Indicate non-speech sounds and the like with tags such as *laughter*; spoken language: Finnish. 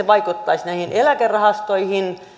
*unintelligible* vaikuttaisi eläkerahastoihin